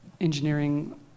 engineering